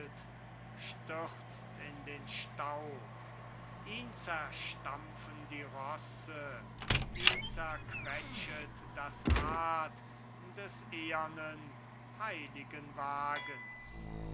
stürzt in den staub ihn zerstampfen die rosse ihn zerquetschet das rad des ehernen heiligen wagens